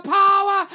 power